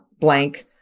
blank